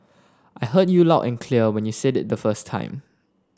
I heard you loud and clear when you said it the first time